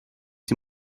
die